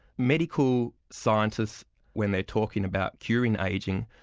medical scientists when they're talking about curing ageing,